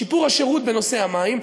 שיפור השירות בנושא המים,